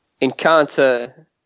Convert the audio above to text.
encounter